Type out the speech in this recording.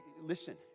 Listen